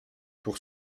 pour